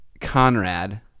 Conrad